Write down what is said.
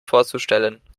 vorzustellen